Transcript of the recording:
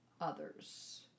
others